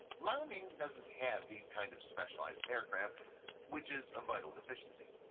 liaoning doesn't have these kinds of specialized aircraft which is a vital deficiency.